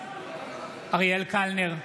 אריאל קלנר,